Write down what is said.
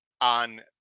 on